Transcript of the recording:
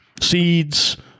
seeds